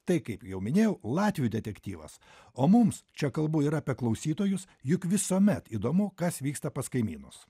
tai kaip jau minėjau latvių detektyvas o mums čia kalbu ir apie klausytojus juk visuomet įdomu kas vyksta pas kaimynus